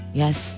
yes